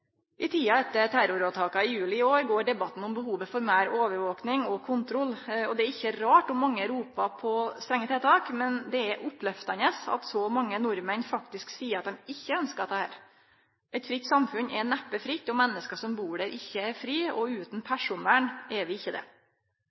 I tida etter terroråtaka i juli i år har debatten gått om behovet for meir overvaking og kontroll. Det er ikkje rart om mange roper på strenge tiltak, men det er opplyftande at så mange nordmenn faktisk seier at dei ikkje ønskjer dette. Eit fritt samfunn er neppe fritt om menneska som bur der, ikkje er frie. Utan personvern er vi ikkje det.